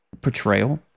portrayal